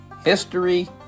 History